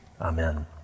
Amen